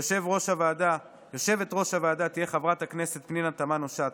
יושבת-ראש הוועדה תהיה חברת הכנסת פנינה תמנו שטה.